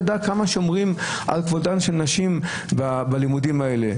ראה כמה שומרים על כבודן של נשים בלימודים האלה.